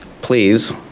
please